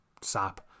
sap